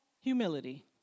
humility